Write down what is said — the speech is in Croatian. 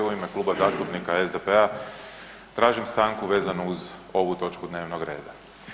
U ime Kluba zastupnika SDP-a tražim stanku vezanu uz ovu točku dnevnog reda.